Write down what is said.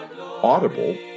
Audible